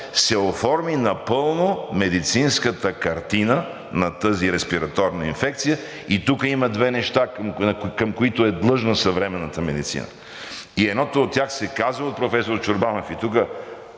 се оформи напълно медицинската картина на тази респираторна инфекция. И тук има две неща, към които е длъжна съвременната медицина. И едното от тях се казва, професор Чорбанов, и